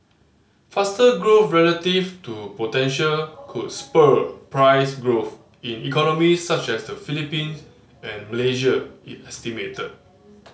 faster growth relative to potential could spur price growth in economies such as the Philippines and Malaysia it estimated